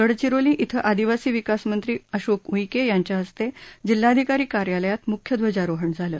गडचिरोली आदिवासी विकास मंत्री अशोक उईके यांच्या हस्ते जिल्हाधिकारी कार्यालयात मुख्य ध्वजारोहण झालं